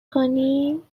کنین